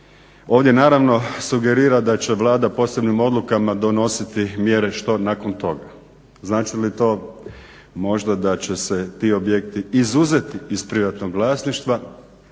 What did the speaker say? Ovdje naravno sugerira da će Vlada posebnim odlukama donositi mjere što nakon toga? Znači li to možda da će se ti objekti izuzeti iz privatnog vlasništva?